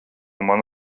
man